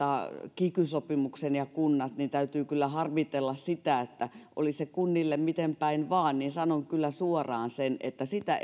kiky sopimuksen ja kunnat niin täytyy kyllä harmitella sitä että oli se kunnille mitenpäin vain niin sanon kyllä suoraan että sitä